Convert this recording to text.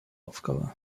aufgabe